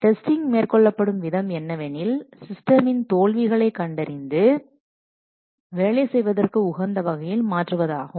testing மேற்கொள்ளப்படும் விதம் என்னவெனில் சிஸ்டமின் தோல்விகளை கண்டறிந்து வேலை செய்வதற்கு உகந்த வகையில் மாற்றுவதாகும்